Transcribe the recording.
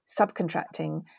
subcontracting